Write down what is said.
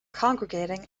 congregating